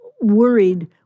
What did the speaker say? worried